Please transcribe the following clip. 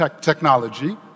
technology